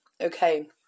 okay